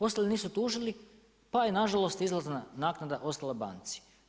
Ostali nisu tužili pa je nažalost izlazna naknada ostala banci.